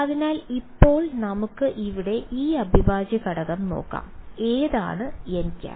അതിനാൽ ഇപ്പോൾ നമുക്ക് ഇവിടെ ഈ അവിഭാജ്യഘടകം നോക്കാം ഏതാണ് nˆ